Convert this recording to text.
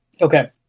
Okay